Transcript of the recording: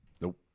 Nope